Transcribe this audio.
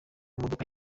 modoka